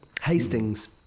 Hastings